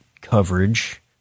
coverage